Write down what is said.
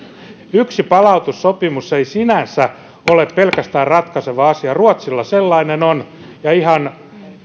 yksi palautussopimus ei sinänsä pelkästään ole ratkaiseva asia ruotsilla sellainen on ja ihan